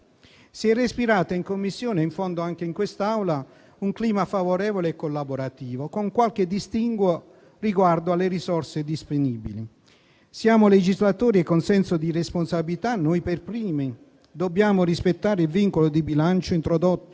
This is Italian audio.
Si è respirato in Commissione, ed in fondo anche in quest'Aula, un clima favorevole e collaborativo, con qualche distinguo riguardo alle risorse disponibili. Siamo legislatori e, con senso di responsabilità, noi per primi dobbiamo rispettare il vincolo di bilancio, introdotto